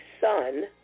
son